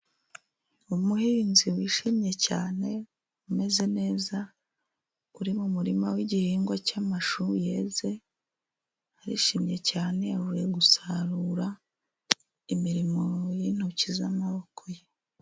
Umuhinzi wishimye cyane, umeze neza uri mu murima w'igihingwa cy'amashu yeze, arishimye cyane, avuye gusarura imirimo y'intoki z'amaboko ye.